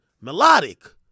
melodic